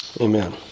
Amen